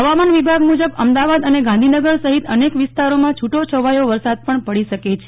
હવામાન વિભાગે મુજબ અમદાવાદ અને ગાંધીનગર સહિત અનેક વિસ્તારોમાં છૂટો છવાયો વરસાદ પણ પડી શકે છે